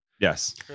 Yes